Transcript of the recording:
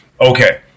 Okay